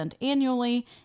annually